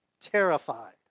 terrified